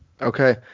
Okay